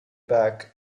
back